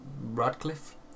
Radcliffe